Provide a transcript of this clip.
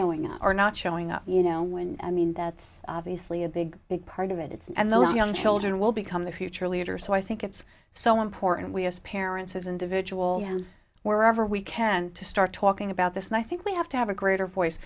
are not showing up you know when i mean that's obviously a big big part of it it's and the young children will become the future leaders so i think it's so important we as parents as individuals wherever we can to start talking about this and i think we have to have a greater voice